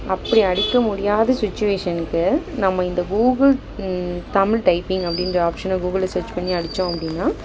அப்படி அடிக்க முடியாத சுச்சிவேஷனுக்கு நம்ம இந்த கூகுள் தமிழ் டைப்பிங் அப்படின்ற ஆப்ஷனை கூகுளில் சர்ச் பண்ணி அடித்தோம் அப்படின்னா